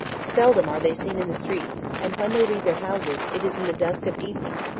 seldom are they seen in the streets and when they leave their houses, it is in the dusk of evening,